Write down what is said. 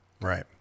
Right